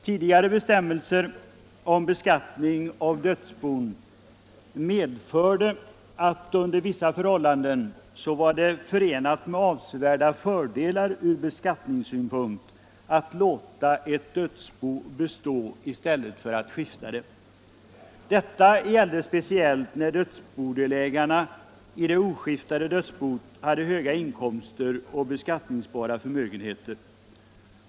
Tidigare bestämmelser för beskattning av dödsbon medförde att det under vissa förhållanden var 163 förenat med avsevärda fördelar ur beskattningssynpunkt att låta ett dödsbo bestå i stället för att skifta det. Detta gällde speciellt när det oskiftade dödsboet hade höga inkomster och beskattningsbara förmögenheter.